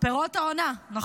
פירות העונה, לא סתם.